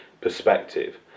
perspective